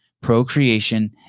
procreation